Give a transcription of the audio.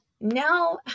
now